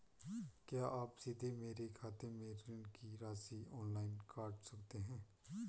क्या आप सीधे मेरे खाते से ऋण की राशि ऑनलाइन काट सकते हैं?